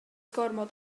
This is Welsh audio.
gormod